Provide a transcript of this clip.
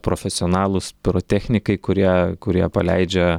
profesionalūs pirotechnikai kurie kurie paleidžia